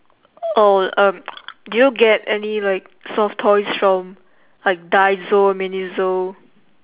oh um do you get any like soft toys from like daiso miniso